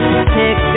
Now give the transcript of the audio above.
Pick